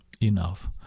enough